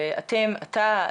ואתה,